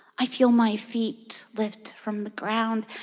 i feel my feet lift from the ground.